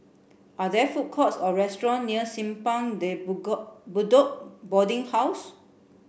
are there food courts or restaurant near Simpang De Bedok Boarding House